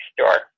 store